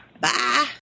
Bye